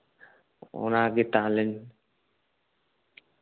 ᱚᱱᱟᱜᱮ ᱛᱟᱦᱚᱞᱮ